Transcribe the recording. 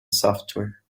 software